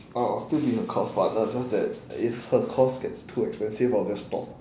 I'll I'll still be her course partner just that if her course gets too expensive I'll just stop